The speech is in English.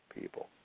people